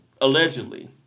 Allegedly